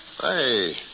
Hey